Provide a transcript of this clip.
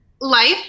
Life